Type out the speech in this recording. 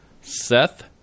Seth